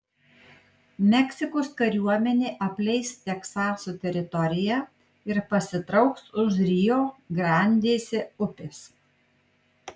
meksikos kariuomenė apleis teksaso teritoriją ir pasitrauks už rio grandėsi upės